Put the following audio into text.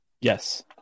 Yes